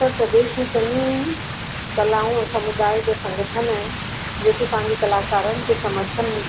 उत्तर प्रदेश में चङियूं ई कलाऊं ऐं समुदाय जा संगठन आहिनि जेके पंहिंजे कलाकारनि खे समर्थन